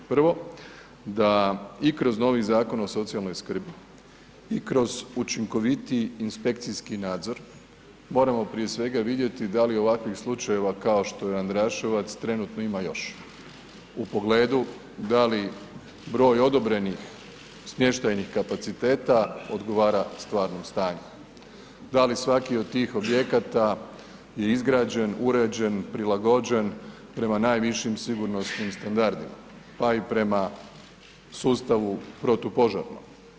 Prvo, da i kroz novi Zakon o socijalnoj skrbi i kroz učinkovitiji inspekcijski nadzor moramo prije svega vidjeti da li u ovakvim slučajevima kao što je Andraševac trenutno ima još, u pogledu da li broj odobrenih smještajnih kapaciteta odgovara stvarnom stanju, da li svaki od tih objekata je izgrađen, uređen, prilagođen prema najvišim sigurnosnim standardima pa i prema sustavu protupožarnom.